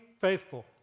faithful